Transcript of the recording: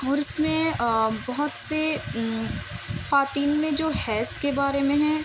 اور اس میں بہت سے خواتین میں جو حیض کے بارے میں ہے